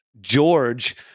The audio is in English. George